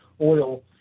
oil